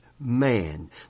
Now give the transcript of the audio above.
Man